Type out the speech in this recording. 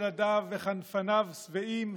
ילדיו וחנפניו שבעים,